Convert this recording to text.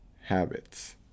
habits